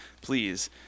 please